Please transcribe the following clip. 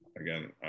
again